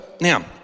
now